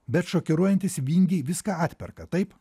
bet šokiruojantys vingiai viską atperka taip